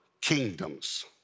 kingdoms